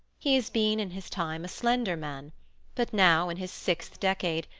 he has been in his time a slender man but now, in his sixth decade,